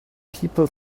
people